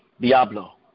Diablo